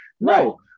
No